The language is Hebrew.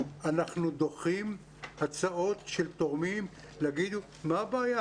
אנחנו דוחים הצעות של תורמים שיגידו: מה הבעיה?